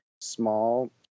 small